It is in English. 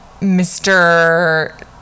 Mr